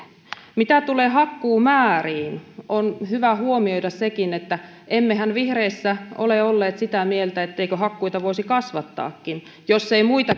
mitä tulee hakkuumääriin on hyvä huomioida sekin että emmehän vihreissä ole olleet sitä mieltä etteikö hakkuita voisi kasvattaakin jos ei muita